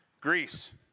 Greece